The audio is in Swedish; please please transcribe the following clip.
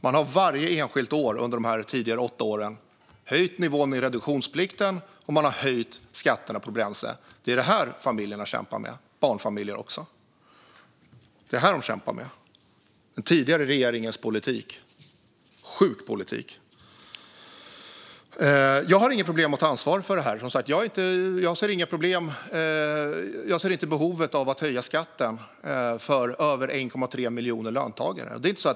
Man har varje enskilt år under dessa tidigare åtta år höjt nivån för reduktionsplikten och höjt skatterna på bränsle. Det är detta familjerna kämpar med, även barnfamiljerna: den tidigare regeringens politik, en sjuk politik. Jag har inget problem med att ta ansvar för detta. Jag ser inte behovet av att höja skatten för över 1,3 miljoner löntagare.